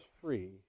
free